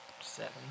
Seven